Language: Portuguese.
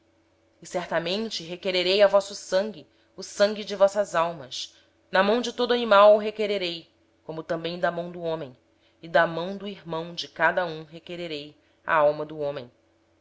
certamente requererei o vosso sangue o sangue das vossas vidas de todo animal o requererei como também do homem sim da mão do irmão de cada um requererei a vida do homem